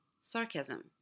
sarcasm